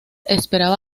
esperaba